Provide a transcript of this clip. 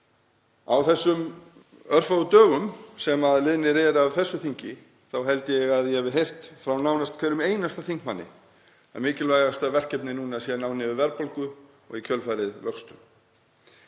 á þessum örfáu dögum sem liðnir eru af þessu þingi þá held ég að ég hafi heyrt frá nánast hverjum einasta þingmanni að mikilvægasta verkefnið núna sé að ná niður verðbólgu og í kjölfarið vöxtum.